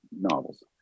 novels